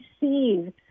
receive